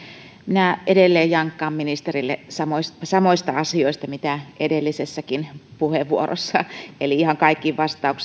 minä edelleen jankkaan ministerille samoista samoista asioista kuin edellisessäkin puheenvuorossa e li ihan kaikkiin